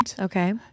Okay